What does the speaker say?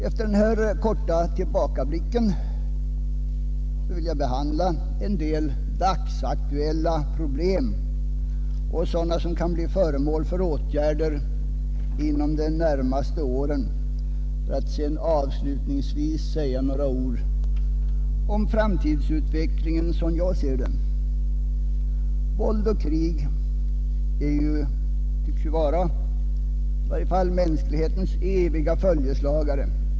Efter den här korta tillbakablicken vill jag behandla en del dagsaktuella problem och sådana som kan bli föremål för åtgärder inom de närmaste åren, för att sedan avslutningsvis säga några ord om framtidsutvecklingen sådan jag ser den. Våld och krig tycks vara mänsklighetens eviga följeslagare.